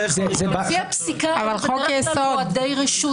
לפי הפסיקה, היא מדברת על מועדי רשות.